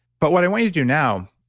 but what i want you to do now,